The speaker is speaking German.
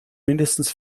mindestens